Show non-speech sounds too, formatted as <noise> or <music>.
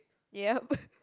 yup <breath>